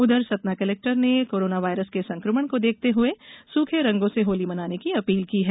उधर सतना कलेक्टर ने corona virus के संकमण को देखते हए सुखे रंगों से होली मनाने की अपील की है